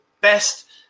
best